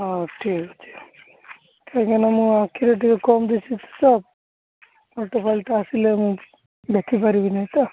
ହଉ ଠିକ୍ ଅଛି କାହିଁକିନା ମୁଁ ଦେଖିପାରିବିନି ତ